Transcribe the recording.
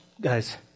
guys